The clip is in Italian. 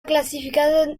classificata